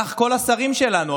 כך כל השרים שלנו.